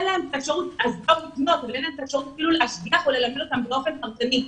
אין להם אפשרות אפילו להשגיח או ללמד אותם באופן פרטני.